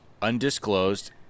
undisclosed